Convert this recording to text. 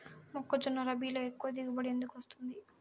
మొక్కజొన్న రబీలో ఎక్కువ దిగుబడి ఎందుకు వస్తుంది?